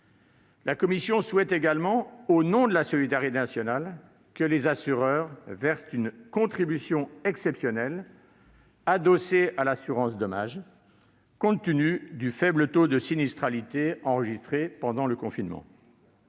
La commission souhaite également, au nom de la solidarité nationale, que les assureurs versent une contribution exceptionnelle adossée à l'assurance dommages, compte tenu du faible taux de sinistralité enregistré pendant le confinement.